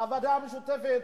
הוועדה המשותפת,